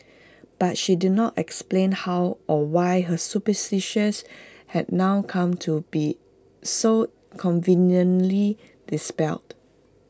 but she did not explain how or why her suspicions had now come to be so conveniently dispelled